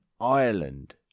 Ireland